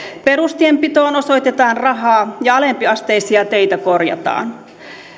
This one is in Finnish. perustienpitoon osoitetaan rahaa ja alempiasteisia teitä korjataan